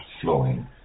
flowing